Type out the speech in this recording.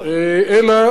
אלא